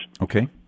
okay